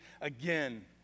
again